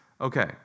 okay